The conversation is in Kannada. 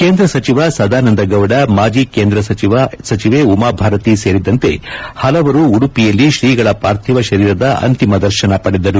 ಕೇಂದ್ರ ಸಚಿವ ಸದಾನಂದ ಗೌಡ ಮಾಜಿ ಕೇಂದ್ರ ಸಚಿವೆ ಉಮಾಭಾರತಿ ಸೇರಿದಂತೆ ಹಲವರು ಉಡುಪಿಯಲ್ಲಿ ಶ್ರೀಗಳ ಪಾರ್ಥಿವ ಶರೀರದ ಅಂತಿಮ ದರ್ಶನ ಪಡೆದರು